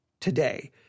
today